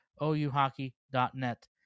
OUHockey.net